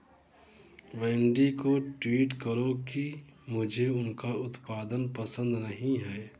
Wendy को tweet करो कि मुझे उनका उत्पादन पसंद नहीं है